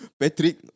Patrick